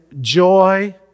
joy